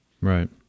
Right